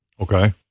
Okay